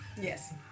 Yes